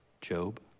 Job